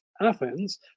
athens